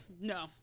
No